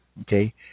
Okay